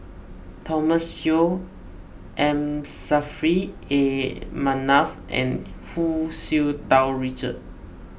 Thomas Yeo M Saffri A Manaf and Hu Tsu Tau Richard